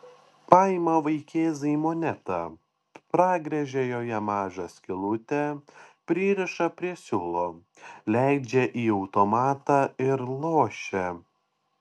paima vaikėzai monetą pragręžia joje mažą skylutę pririša prie siūlo leidžia į automatą ir lošia